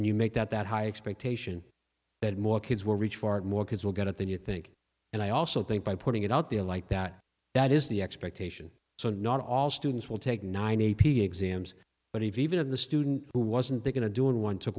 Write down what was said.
and you make that that high expectation that more kids will reach far more kids will get it than you think and i also think by putting it out there like that that is the expectation so not all students will take nine a p exams but even the student who wasn't going to do and one took